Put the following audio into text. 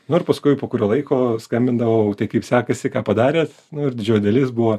na ir paskui po kurio laiko skambindavau tai kaip sekasi ką padarėt nu ir didžioji dalis buvo